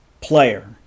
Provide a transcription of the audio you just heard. player